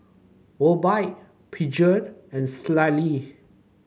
Obike Peugeot and Sealy